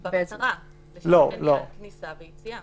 שמדובר על המחסום הפיזי?